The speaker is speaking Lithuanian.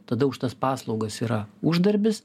tada už tas paslaugas yra uždarbis